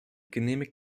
genehmigt